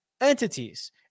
entities